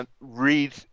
read